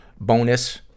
bonus